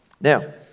Now